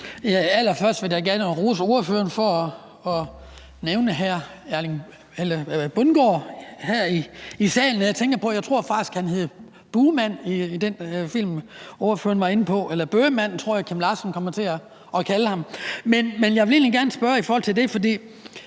Allerførst vil jeg da gerne rose ordføreren for at nævne Poul Bundgaard her i salen. Jeg tror faktisk, han hed Buhmand i den film, ordføreren var inde på, og Bøhmanden tror jeg Kim Larsen kom til at kalde ham. Men jeg vil egentlig gerne spørge i forhold til det, for